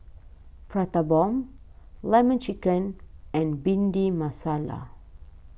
Prata Bomb Lemon Chicken and Bhindi Masala